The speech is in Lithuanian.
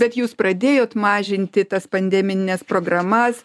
bet jūs pradėjot mažinti tas pandemines programas